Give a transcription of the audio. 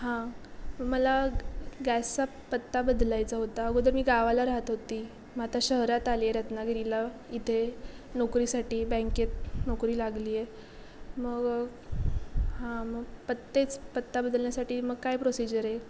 हां मला गॅसचा पत्ता बदलायचा होता अगोदर मी गावाला राहात होते मग आता शहरात आले आहे रत्नागिरीला इथे नोकरीसाठी बँकेत नोकरी लागली आहे मग हां मग पत्तेच पत्ता बदलण्यासाठी मग काय प्रोसिजर आहे